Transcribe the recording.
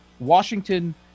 Washington